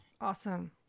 awesome